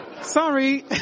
Sorry